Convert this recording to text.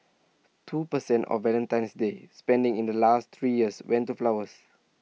two per cent of Valentine's day spending in the last three years went to flowers